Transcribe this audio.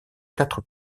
quatre